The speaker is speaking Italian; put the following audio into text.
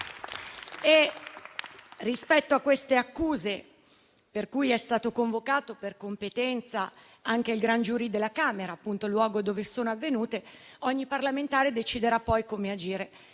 Rispetto a queste accuse, per cui è stato convocato per competenza anche il gran giurì della Camera, appunto il luogo dove sono state mosse, ogni parlamentare deciderà poi come agire.